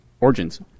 origins